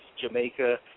Jamaica